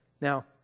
Now